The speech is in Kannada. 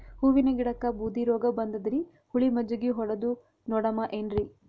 ಹೂವಿನ ಗಿಡಕ್ಕ ಬೂದಿ ರೋಗಬಂದದರಿ, ಹುಳಿ ಮಜ್ಜಗಿ ಹೊಡದು ನೋಡಮ ಏನ್ರೀ?